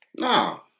No